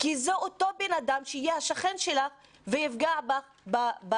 כי זה אותו בן אדם שיהיה השכן שלה ויפגע בה בעתיד.